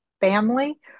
family